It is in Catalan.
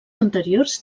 anteriors